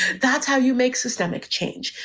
that's how you make systemic change.